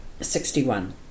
Sixty-one